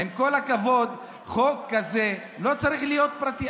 עם כל הכבוד, חוק כזה לא צריך להיות פרטי.